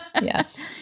Yes